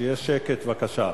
שיהיה שקט בבקשה.